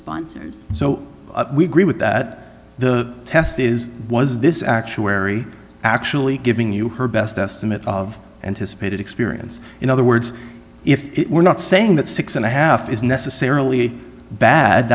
sponsors so we agree with that the test is was this actuary actually giving you her best estimate of and his paid experience in other words if we're not saying that six and a half is necessarily bad